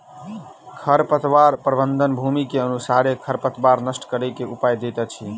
खरपतवार प्रबंधन, भूमि के अनुसारे खरपतवार नष्ट करै के उपाय दैत अछि